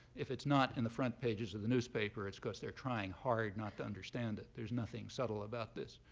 if it's not in the front pages of the newspaper, it's because they're trying hard not to understand it. there's nothing subtle about this.